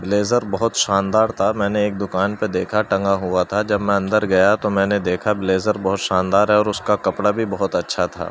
blazer بہت شاندار تھا اور میں نے ایک دکان پہ دیکھا ٹنگا ہوا تھا جب میں اندر گیا تو میں نے دیکھا کہ بلیزر بہت شاندار ہے اور اس کا کپڑا بھی بہت اچھا تھا